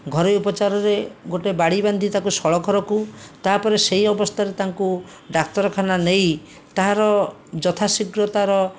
ଘରୋଇ ଉପଚାରରେ ଗୋଟିଏ ବାଡ଼ି ବାନ୍ଧି ତାକୁ ସଳଖ ରଖୁ ତା'ପରେ ସେହି ଅବସ୍ଥାରେ ତାଙ୍କୁ ଡାକ୍ତରଖାନା ନେଇ ତାହାର ଯଥାଶୀଘ୍ର ତା'ର